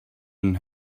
and